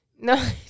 No